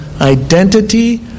identity